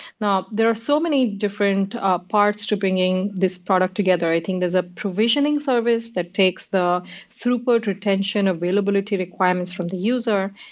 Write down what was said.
there are so many different ah parts to bringing this product together. i think there's a provisioning service that takes the throughput retention availability requirements from the user,